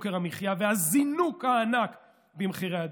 והעם כורע תחת יוקר המחיה והזינוק הענק במחירי הדיור.